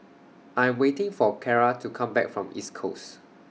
I Am waiting For Clara to Come Back from East Coast